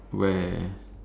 where